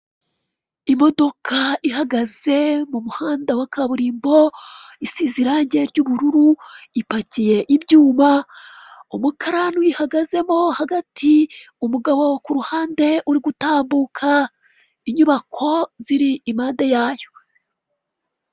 Imodoka ihagaze m'umuhanda wa kaburimbo isize irangi ry'ubururu ipakiye ibyuma umukara ihagazemo hagati umugabo k'uruhande uri gutambuka inyubako ziri impade yayo.